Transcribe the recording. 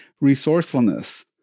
resourcefulness